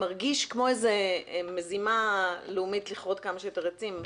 מרגיש כמו מזימה לאומית לכרות כמה שיותר עצים.